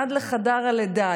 עד לחדר הלידה,